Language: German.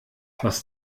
was